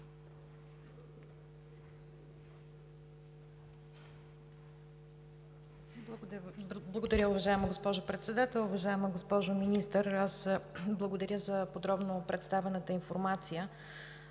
Благодаря, уважаема госпожо Председател. Уважаема госпожо Министър, благодаря за подробно представената информация.